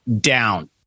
down